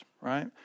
right